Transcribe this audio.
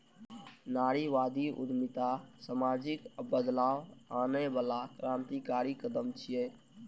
नारीवादी उद्यमिता सामाजिक बदलाव आनै बला क्रांतिकारी कदम छियै